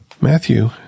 Matthew